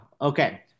Okay